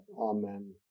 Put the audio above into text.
Amen